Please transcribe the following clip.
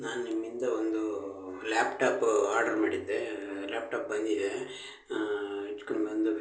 ನಾನು ನಿಮ್ಮಿಂದ ಒಂದು ಲ್ಯಾಪ್ಟಾಪು ಆರ್ಡ್ರ್ ಮಾಡಿದ್ದೆ ಲ್ಯಾಪ್ಟಾಪ್ ಬಂದಿದೆ ಹೆಚ್ಚು ಕಮ್ಮಿ ಒಂದು